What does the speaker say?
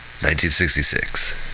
1966